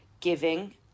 giving